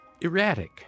erratic